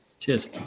Cheers